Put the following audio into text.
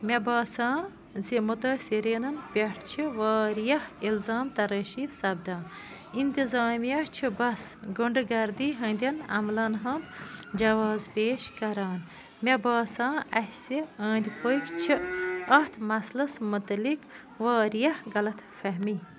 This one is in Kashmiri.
مےٚ باسان زِ متٲثریٖنَن پٮ۪ٹھ چھِ واریاہ الزام ترٲشی سپدان انتظامیہ چھِ بس گنڈٕہ گردی ہنٛدیٚن عملن ہُنٛد جواز پیش کران مےٚ باسان اسہِ أنٛدۍ پٔکۍ چھِ اَتھ مسلس متعلق واریاہ غلط فہمی